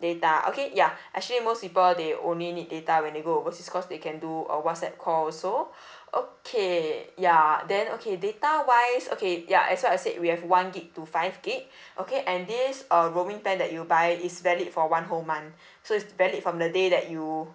data okay ya actually most people they only need data when they go overseas cause they can do uh whatsapp call also okay ya then okay data wise okay ya as what I said we have one gig to five gig okay and this um roaming plan that you buy is valid for one whole month so is valid from the day that you